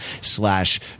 slash